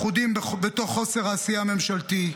הם לכודים בתוך חוסר עשייה ממשלתי,